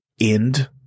end